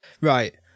Right